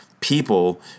people